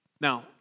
Now